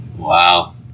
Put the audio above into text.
Wow